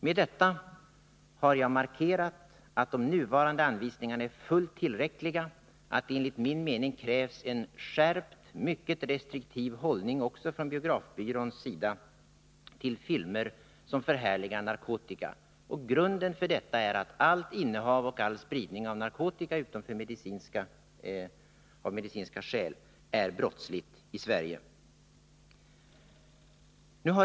Med detta har jag markerat att de nuvarande anvisningarna är fullt tillräckliga, att det enligt min mening krävs en skärpt, mycket restriktiv hållning också från biografbyråns sida till filmer som förhärligar narkotika. Grunden för detta är att allt innehav och all spridning av narkotika utom av medicinska skäl är brottsligt i Sverige.